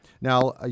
Now